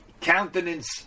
countenance